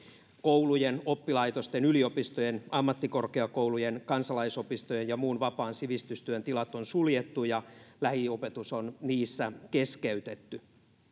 koulujen oppilaitosten yliopistojen ammattikorkeakoulujen kansalaisopistojen ja muun vapaan sivistystyön tilat on suljettu ja lähiopetus on niissä keskeytetty